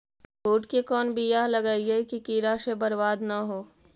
बुंट के कौन बियाह लगइयै कि कीड़ा से बरबाद न हो?